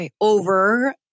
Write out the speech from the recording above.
over